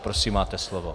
Prosím, máte slovo.